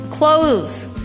Clothes